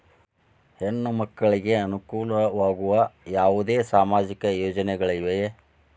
ಹೆಣ್ಣು ಮಕ್ಕಳಿಗೆ ಅನುಕೂಲವಾಗುವ ಯಾವುದೇ ಸಾಮಾಜಿಕ ಯೋಜನೆಗಳಿವೆಯೇ?